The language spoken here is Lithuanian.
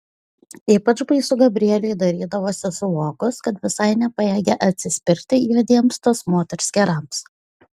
ypač baisu gabrieliui darydavosi suvokus kad visai nepajėgia atsispirti juodiems tos moters kerams